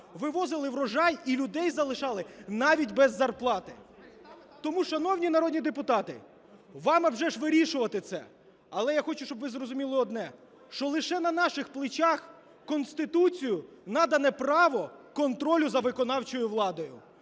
вивозили врожай і людей залишали навіть без зарплати. Тому, шановні народні депутати, вам вже ж вирішувати це. Але я хочу, щоб ви зрозуміли одне, що лише на наших плечах Конституцією надано право контролю за виконавчою владою.